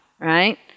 right